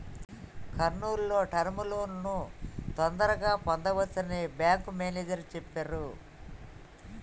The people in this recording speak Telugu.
కర్నూల్ లో టర్మ్ లోన్లను తొందరగా పొందవచ్చని బ్యేంకు మేనేజరు చెప్పిర్రు